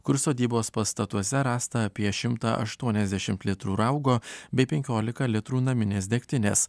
kur sodybos pastatuose rasta apie šimtą aštuoniasdešimt litrų raugo bei penkiolika litrų naminės degtinės